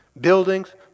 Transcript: Buildings